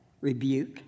rebuke